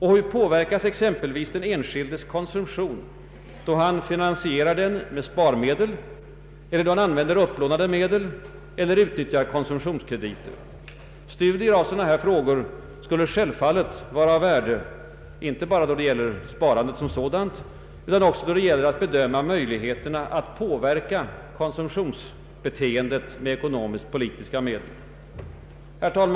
Hur påverkas exempelvis den enskildes konsumtion då han finansierar den med egna sparmedel eller då han använder upplånade medel eller utnyttjar konsumtionskrediter? Studier av sådana frågor skulle självfallet vara av värde för sparandet och möjligheterna att påverka konsumtionsbeteendet med <:ekonomiskt-politiska medel. Herr talman!